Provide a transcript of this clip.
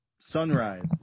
sunrise